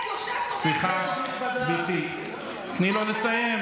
בפרלמנט יושב, סליחה, גברתי, תני לו לסיים.